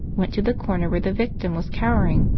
went to the corner where the victim was cowering,